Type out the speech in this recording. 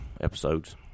episodes